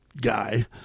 guy